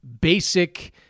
basic